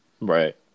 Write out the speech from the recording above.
Right